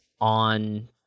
on